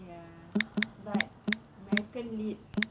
ya but american lit